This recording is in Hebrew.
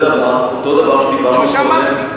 אותו דבר אמרנו היום,